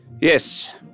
Yes